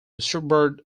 schubert